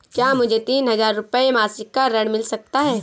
क्या मुझे तीन हज़ार रूपये मासिक का ऋण मिल सकता है?